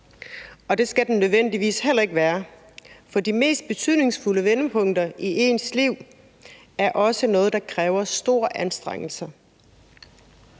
og det skal den nødvendigvis heller ikke være. For de mest betydningsfulde vendepunkter i ens liv er også noget, der kræver store anstrengelser.